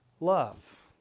Love